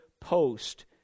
post